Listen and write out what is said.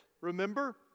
remember